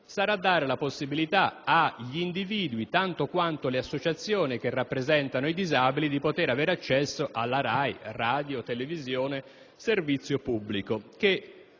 sarà dare la possibilità agli individui, tanto quanto alle associazioni che rappresentano i disabili, di avere accesso alla RAI-Radiotelevisione italiana, servizio pubblico.